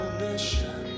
mission